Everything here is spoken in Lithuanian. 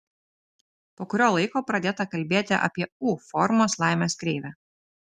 po kurio laiko pradėta kalbėti apie u formos laimės kreivę